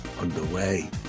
underway